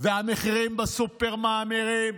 והמחירים בסופר מאמירים?